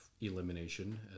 elimination